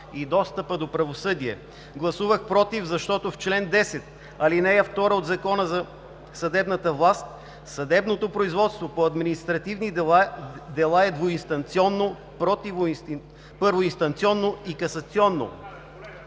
и достъпа до правосъдие. Гласувах „против“, защото в чл. 10, ал. 2 от Закона за съдебната власт, съдебното производство по административни дела е двуинстанционно, първоинстанционно и касационно.